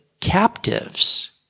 captives